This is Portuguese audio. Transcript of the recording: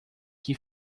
que